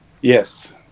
Yes